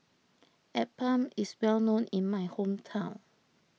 Appam is well known in my hometown